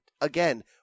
again